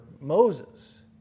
Moses